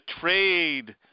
trade